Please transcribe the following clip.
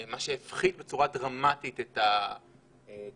מה שהפחית בצורה דרמטית את הצריכה